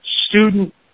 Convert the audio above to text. student